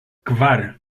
kvar